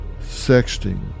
sexting